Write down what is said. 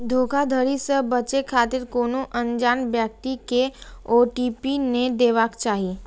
धोखाधड़ी सं बचै खातिर कोनो अनजान व्यक्ति कें ओ.टी.पी नै देबाक चाही